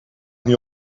niet